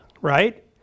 right